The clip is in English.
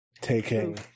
taking